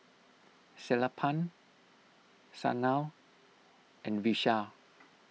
Sellapan Sanal and Vishal